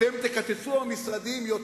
תקצצו במשרדים יותר?